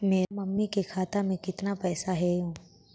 मेरा मामी के खाता में कितना पैसा हेउ?